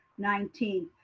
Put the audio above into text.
nineteenth.